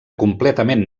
completament